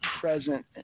present